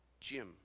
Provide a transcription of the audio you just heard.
Jim